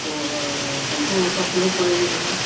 तो तुमको कब ज़रूरत पड़ेगी बेटा